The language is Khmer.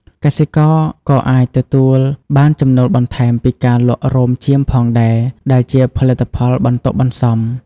កសិករក៏អាចទទួលបានចំណូលបន្ថែមពីការលក់រោមចៀមផងដែរ ដែលជាផលិតផលបន្ទាប់បន្សំ។